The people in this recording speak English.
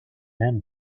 and